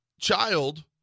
child